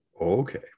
Okay